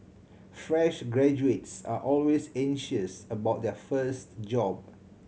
fresh graduates are always anxious about their first job